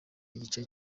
igice